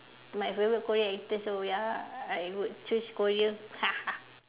my favourite Korean actors so ya I would choose Korea ha ha